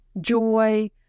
joy